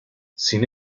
sin